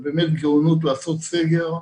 זו באמת גאונות לעשות סגר,